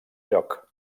lloc